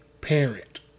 parent